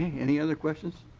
any other questions?